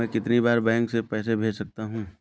मैं कितनी बार बैंक से पैसे भेज सकता हूँ?